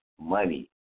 money